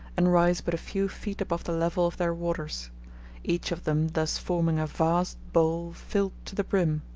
and rise but a few feet above the level of their waters each of them thus forming a vast bowl filled to the brim.